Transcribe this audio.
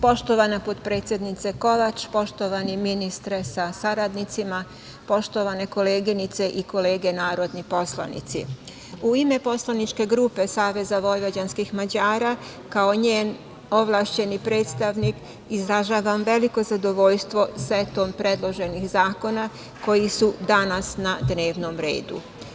Poštovana potpredsednice Kovač, poštovani ministre sa saradnicima, poštovane koleginice i kolege narodni poslanici, u ime poslaničke grupe SVM, kao njen ovlašćeni predstavnik, izražavam veliko zadovoljstvo setom predloženih zakona koji su danas na dnevnom redu.